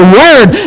word